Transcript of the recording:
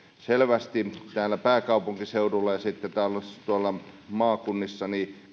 selvästi täällä pääkaupunkiseudulla ja tuolla maakunnissa